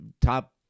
top